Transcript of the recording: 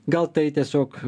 gal tai tiesiog